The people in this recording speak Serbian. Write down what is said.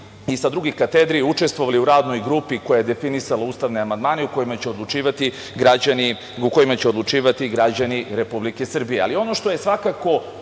i sa drugih katedri učestvovali u Radnoj grupi koja je definisala ustavne amandmane o kojima će odlučivati građani Republike Srbije. Ono što je najviše